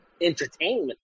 entertainment